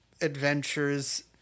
adventures